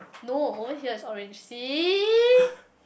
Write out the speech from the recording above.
no over here it's orange see